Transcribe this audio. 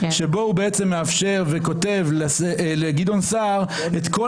שבו הוא בעצם מאפשר וכותב לגדעון סער את כל